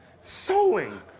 sewing